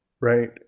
right